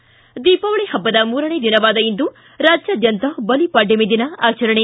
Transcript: ಿ ದೀಪಾವಳಿ ಪಭ್ಗದ ಮೂರನೆಯ ದಿನವಾದ ಇಂದು ರಾಜ್ಯಾದ್ಯಂತ ಬಲಿಪಾಡ್ವಮಿ ದಿನ ಆಚರಣೆ